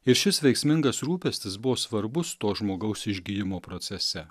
ir šis veiksmingas rūpestis buvo svarbus to žmogaus išgijimo procese